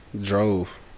drove